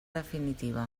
definitiva